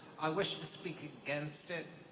i wish to speak against it,